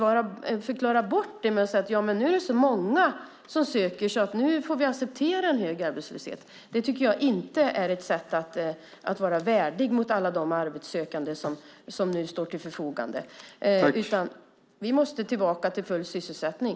Att förklara bort det med att det nu är så många som söker arbete så att vi därför får acceptera en hög arbetslöshet tycker jag inte är värdigt mot alla de arbetssökande som nu står till arbetsmarknadens förfogande, utan vi måste tillbaka till full sysselsättning.